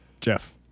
Jeff